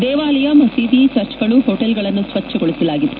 ದೇವಾಲಯ ಮಸೀದಿ ಚರ್ಚ್ಗಳು ಹೋಟೆಲ್ಗಳನ್ನು ಸ್ವಚ್ಚಗೊಳಸಲಾಗಿತ್ತು